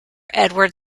edward